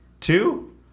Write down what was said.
two